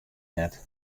net